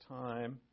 time